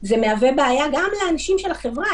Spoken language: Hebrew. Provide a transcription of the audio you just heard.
זה מהווה בעיה גם לאנשים של החברה,